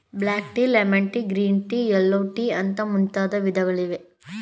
block tea, lemon tea, green tea, yellow tea ಅಂತ ಮುಂತಾದ ವಿಧಗಳಿವೆ